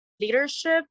Leadership